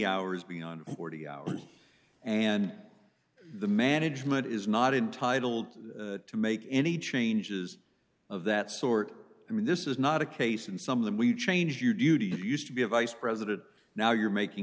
hours beyond forty hours and the management is not entitled to make any changes of that sort i mean this is not a case in some of them we change your duty used to be a vice president now you're making